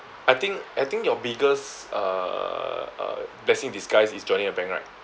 I think I think your biggest uh uh blessing in disguise is joining a bank right